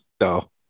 No